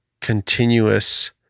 continuous